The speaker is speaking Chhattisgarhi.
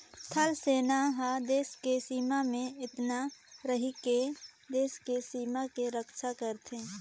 थल सेना हर देस के सीमा में तइनात रहिके देस के सीमा के रक्छा करथे